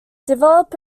develop